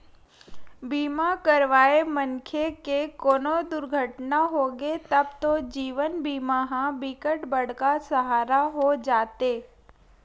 बीमा करवाए मनखे के कोनो दुरघटना होगे तब तो जीवन बीमा ह बिकट बड़का सहारा हो जाते